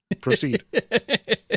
Proceed